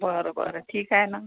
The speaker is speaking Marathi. बरं बरं ठीक आहे ना